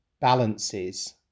balances